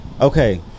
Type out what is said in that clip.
Okay